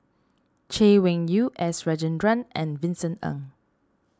Chay Weng Yew S Rajendran and Vincent Ng